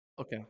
okay